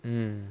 mm